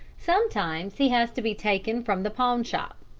sometimes he has to be taken from the pawn-shop.